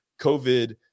covid